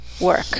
work